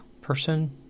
person